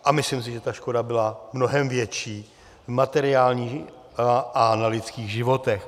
A myslím si, že ta škoda byla mnohem větší materiální i na lidských životech.